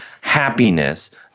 happiness